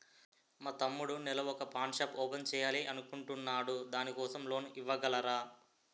మా తమ్ముడు నెల వొక పాన్ షాప్ ఓపెన్ చేయాలి అనుకుంటునాడు దాని కోసం లోన్ ఇవగలరా?